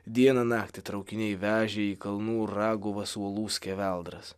dieną naktį traukiniai vežė į kalnų raguvas uolų skeveldras